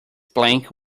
plank